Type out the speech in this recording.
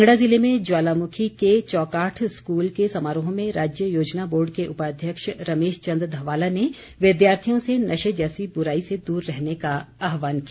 कांगड़ा ज़िले में ज्वालामुखी के चौकाठ स्कूल के समारोह में राज्य योजना बोर्ड के उपाध्यक्ष रमेश चंद धवाला ने विद्यार्थियों से नशे जैसी बुराई से दूर रहने का आह्वान किया